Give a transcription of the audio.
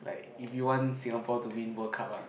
like if you want Singapore to win World Cup ah